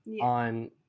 on